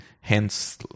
Hence